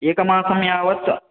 एकमासं यावत्